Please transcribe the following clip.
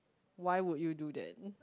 why would you do that